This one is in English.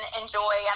enjoy